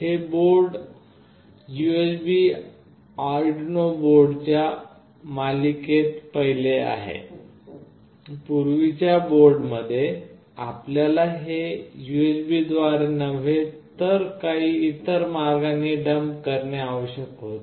हे board USB Arduino बोर्डच्या मालिकेत पहिले आहे पूर्वीच्या बोर्डांमध्ये आपल्याला हे USB द्वारे नव्हे तर काही इतर मार्गांनी डंप करणे आवश्यक होते